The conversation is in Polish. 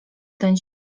ten